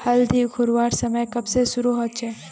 हल्दी उखरवार समय कब से शुरू होचए?